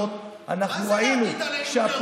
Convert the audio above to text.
תגיד לי, אבל מה זה קשור למחאה?